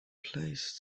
place